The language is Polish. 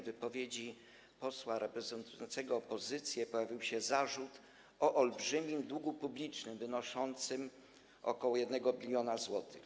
W wypowiedzi posła reprezentującego opozycję pojawił się zarzut mówiący o olbrzymim długu publicznym, wynoszącym ok. 1 bln zł.